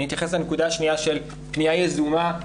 אני אתייחס לנקודה השנייה של פניה יזומה